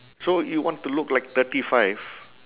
so you want to look like thirty five